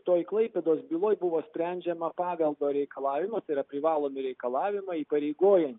toj klaipėdos byloj buvo sprendžiama paveldo reikalavimus yra privalomi reikalavimai įpareigoja